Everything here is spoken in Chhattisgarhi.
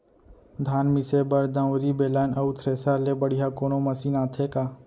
धान मिसे बर दंवरि, बेलन अऊ थ्रेसर ले बढ़िया कोनो मशीन आथे का?